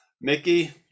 mickey